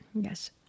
Yes